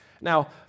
Now